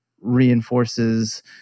reinforces